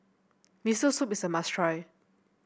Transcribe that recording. Miso Soup is a must try